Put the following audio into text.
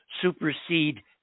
supersede